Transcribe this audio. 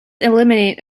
eliminate